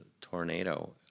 tornado